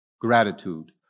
gratitude